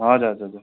हजुर हजुर हजुर